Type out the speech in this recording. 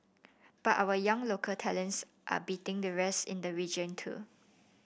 but our young local talents are beating the rest in the region too